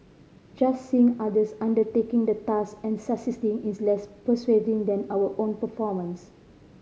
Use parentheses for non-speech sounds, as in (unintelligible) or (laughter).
just seeing others undertaking the task and (unintelligible) is less persuasive than our own performance